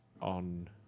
on